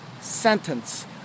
sentence